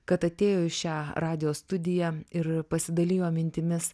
kad atėjo į šią radijo studiją ir pasidalijo mintimis